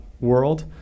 world